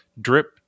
drip